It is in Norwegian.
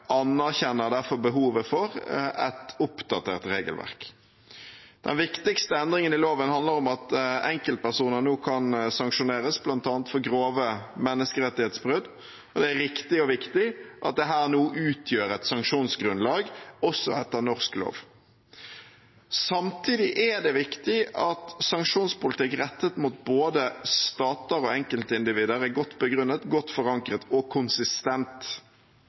anerkjenner derfor behovet for et oppdatert regelverk. Den viktigste endringen i loven handler om at enkeltpersoner nå kan sanksjoneres, bl.a. for grove menneskerettighetsbrudd, og det er riktig og viktig at dette nå utgjør et sanksjonsgrunnlag også etter norsk lov. Samtidig er det viktig at sanksjonspolitikken rettet mot både stater og enkeltindivider er godt begrunnet, godt forankret og konsistent,